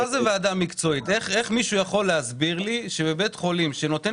איך מישהו יכול להסביר לי שבבית חולים שנותן